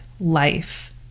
life